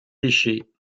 déchets